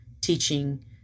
teaching